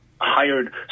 hired